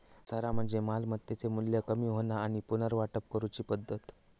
घसारा म्हणजे मालमत्तेचो मू्ल्य कमी होणा आणि पुनर्वाटप करूची पद्धत